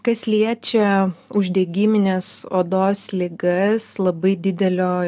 kas liečia uždegimines odos ligas labai didelio